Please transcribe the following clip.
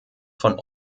von